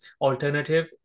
alternative